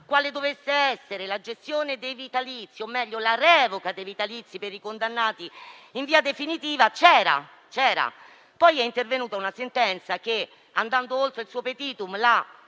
che disciplinava la gestione dei vitalizi o, meglio, la revoca dei vitalizi per i condannati in via definitiva prima c'era; poi è intervenuta una sentenza che, andando oltre il *petitum*, l'ha